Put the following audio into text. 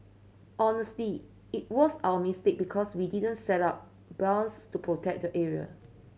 honestly it was our mistake because we didn't set up buoys to protect the area